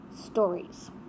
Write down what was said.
stories